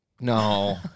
No